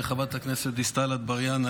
חברת הכנסת דיסטל אטבריאן,